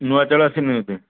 ନୂଆ ଚାଉଳ ଆସିନି ବୋଧେ